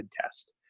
test